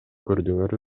көрдүңөр